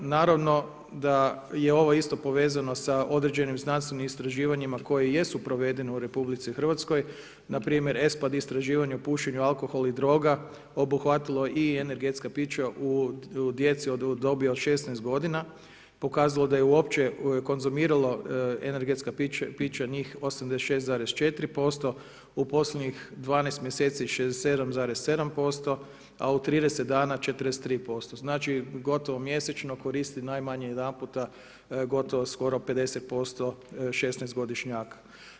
Naravno da je ovo isto povezano sa određenim znanstvenim istraživanjima koje jesu provedene u RH, npr. ESPAD istraživanje o pušenju, alkohol i droga obuhvatilo i energetska pića djeci u dobi od 16 godina pokazalo da je uopće konzumiralo energetska pića njih 86,4% u posljednjih 12 mjeseci 67,7%, a u 30 dana 43% znači gotovo mjesečno koristi najmanje jedanputa gotovo skoro 50% 16-godišnjaka.